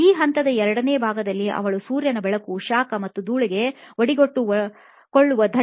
ಈ ಹಂತದ ಎರಡನೇ ಭಾಗದಲ್ಲಿ ಅವಳು ಸೂರ್ಯನ ಬೆಳಕು ಶಾಖ ಮತ್ತು ಧೂಳಿಗೆ ಒಡ್ಡಿಕೊಳ್ಳುವ ದಟ್ಟಣೆಯಲ್ಲಿ ಸವಾರಿ ಮಾಡುತ್ತಾಳೆ